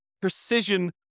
precision